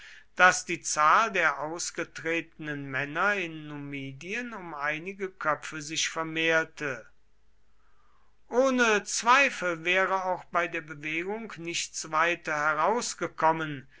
daß die zahl der ausgetretenen männer in numidien um einige köpfe sich vermehrte ohne zweifel wäre auch bei der bewegung nichts weiter herausgekommen